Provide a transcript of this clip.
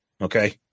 okay